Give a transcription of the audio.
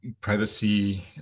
privacy